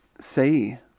say